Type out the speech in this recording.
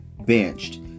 benched